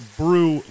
brew